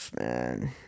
Man